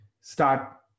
start